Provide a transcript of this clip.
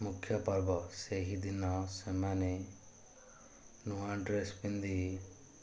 ମୁଖ୍ୟ ପର୍ବ ସେହିଦିନ ସେମାନେ ନୂଆ ଡ୍ରେସ୍ ପିନ୍ଧି